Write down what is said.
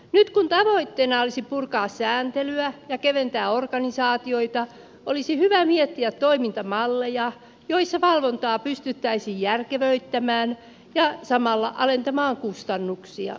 nyt kun tavoitteena olisi purkaa sääntelyä ja keventää organisaatioita olisi hyvä miettiä toimintamalleja joissa valvontaa pystyttäisiin järkevöittämään ja samalla alentamaan kustannuksia